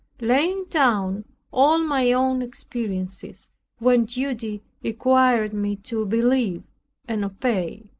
laying down all my own experiences when duty required me to believe and obey.